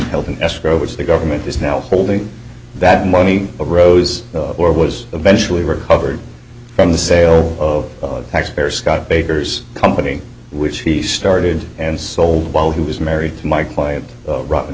held in escrow which the government is now holding that money arose or was eventually recovered from the sale of taxpayer scott baker's company which he started and sold while he was married to my client a